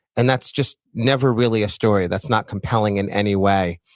and that's just never really a story. that's not compelling in any way.